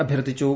അഭ്യർത്ഥിച്ചു